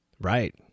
Right